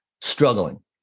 struggling